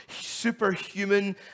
superhuman